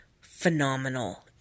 phenomenal